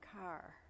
car